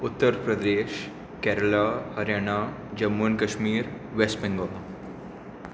उत्तर प्रदेश केरला हरयाणा जम्मू आनी Kashmir West Bengal